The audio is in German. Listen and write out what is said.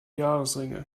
jahresringe